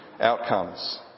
outcomes